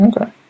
Okay